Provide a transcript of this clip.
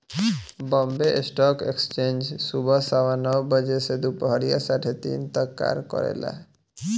Bombay stock exchange सुबह सवा नौ बजे से दूपहरिया साढ़े तीन तक कार्य करेला